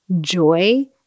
joy